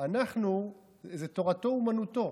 אנחנו זה תורתו אומנותו.